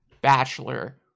bachelor